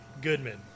Goodman